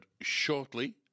shortly